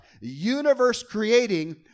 universe-creating